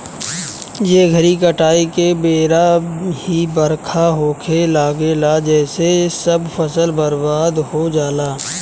ए घरी काटाई के बेरा ही बरखा होखे लागेला जेसे सब फसल बर्बाद हो जाला